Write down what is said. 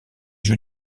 jeux